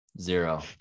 zero